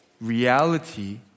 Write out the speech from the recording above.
reality